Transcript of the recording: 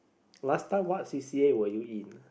last time what c_c_a were you in